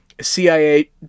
CIA